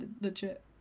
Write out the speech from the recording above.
legit